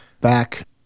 back